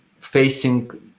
facing